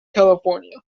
california